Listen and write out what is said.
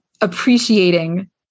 appreciating